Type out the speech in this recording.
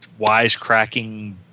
wisecracking